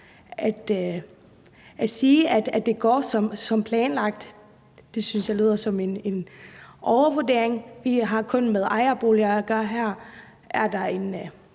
at sige, at det går som planlagt, synes jeg lyder som en overvurdering. Vi har her kun at gøre med